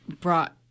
brought